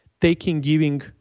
taking-giving